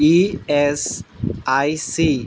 E S I C